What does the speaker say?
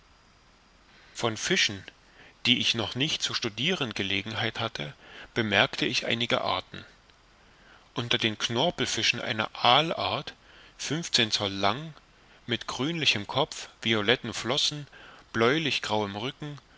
von fischen die ich noch nicht zu studiren gelegenheit hatte bemerkte ich einige arten unter den knorpelfischen eine aalart fünfzehn zoll lang mit grünlichem kopf violetten flossen bläulich grauem rücken